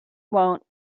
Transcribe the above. want